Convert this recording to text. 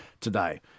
today